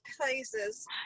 places